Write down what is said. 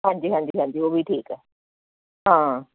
ਹਾਂਜੀ ਹਾਂਜੀ ਹਾਂਜੀ ਉਹ ਵੀ ਠੀਕ ਆ ਹਾਂ